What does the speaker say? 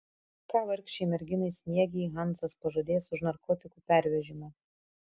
ką vargšei merginai sniegei hansas pažadės už narkotikų pervežimą